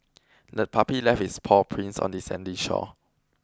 the puppy left its paw prints on the sandy shore